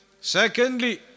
Secondly